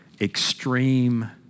extreme